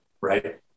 right